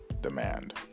demand